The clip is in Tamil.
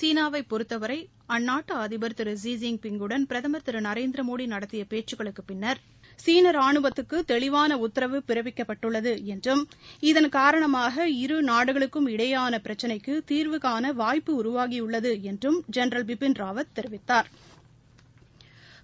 சீனாவைப் பொறுத்தவரை அந்நாட்டின் பிரதமர் திரு ஊஹான் அதிபர் திரு ஜி ஜிய் பிங் ஆகியோருடன் பிரதமா் திரு நரேந்திரமோடி நடத்திய பேச்சுக்களுக்குப் பின்னா் சீன ரானுவத்துக்கு தெளிவாள உத்தரவு பிறப்பிக்கப்பட்டுள்ளது என்றும் இதள் காரணமாக இரு நாடுகளுக்கும் இடையேயான பிரச்சினைக்கு தீர்வுகாண வாய்ப்பு உருவாகியுள்ளது என்றும் ஜெனரல் பிபின்ராவத் தெரிவித்தாா்